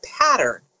pattern